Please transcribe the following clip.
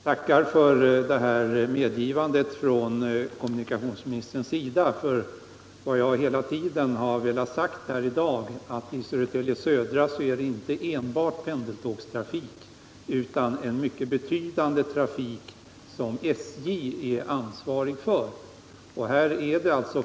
Herr talman! Jag tackar för det här medgivandet från kommunikationsministerns sida. Vad jag i dag velat säga är just att det vid Södertälje Södra inte enbart förekommer pendeltågstrafik utan en mycket betydande trafik som SJ är ansvarig för.